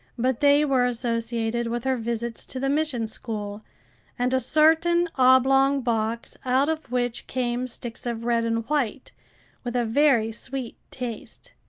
but they were associated with her visits to the mission-school and a certain oblong box out of which came sticks of red and white with a very sweet taste.